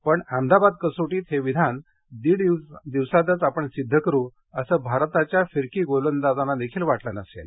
पण अहमदाबाद कसोटीत हे विधान दीड दिवसातंच आपण सिद्ध करु असं भारताच्या फिरकी गोलंदाजांना देखील वाटलं नसेल